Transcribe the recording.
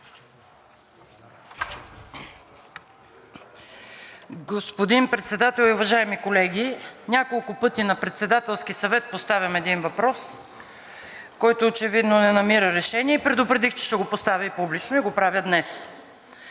Господин Председател и уважаеми колеги! Няколко пъти на Председателски съвет поставям един въпрос, който очевидно не намира решение и предупредих, че ще го поставя публично и го правя днес.